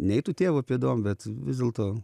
neitų tėvo pėdom bet vis dėlto